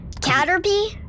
caterpie